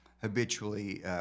habitually